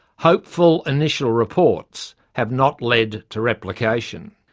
hopeful initial reports have not led to replication.